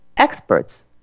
Experts